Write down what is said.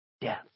Death